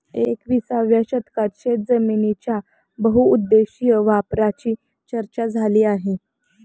एकविसाव्या शतकात शेतजमिनीच्या बहुउद्देशीय वापराची चर्चा झाली आहे